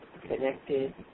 connected